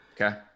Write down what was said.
Okay